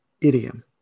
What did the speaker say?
idiom